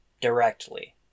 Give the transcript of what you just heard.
directly